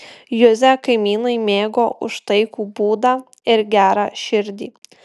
juzę kaimynai mėgo už taikų būdą ir gerą širdį